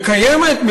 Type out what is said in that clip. קיימת,